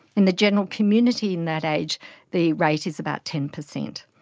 in the general community in that age the rate is about ten percent.